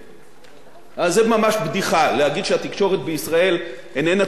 זה ממש בדיחה להגיד שהתקשורת בישראל איננה תקשורת ביקורתית.